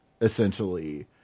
essentially